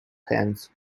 hand